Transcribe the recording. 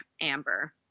Amber